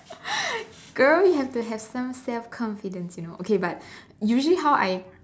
girl you have to have some self confidence you know okay but usually how I